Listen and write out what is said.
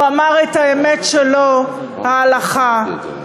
הוא אמר את האמת שלו: ההלכה.